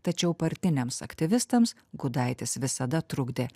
tačiau partiniams aktyvistams gudaitis visada trukdė